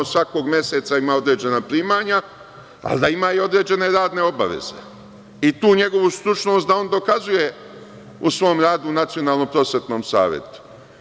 Svakog meseca ima određena primanja, pa valjda ima i određene radne obaveze i tu njegovu stručnost da on dokazuje u svom radu Nacionalnom prosvetnom savetu.